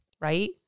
right